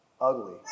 ugly